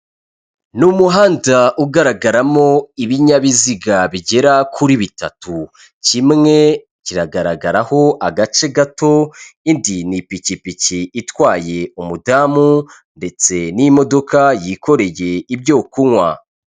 Ni umuhanda ugaragaramo ibinyabiziga bigera kuri bitatu; kimwe kiragaragaraho agace gato; indi ni ipikipiki itwaye umudamu ndetse n'imodoka yikoreye ibyo kunywa.